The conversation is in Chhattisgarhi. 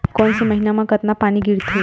कोन से महीना म कतका पानी गिरथे?